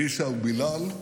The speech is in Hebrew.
עאישה ובילאל,